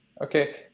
Okay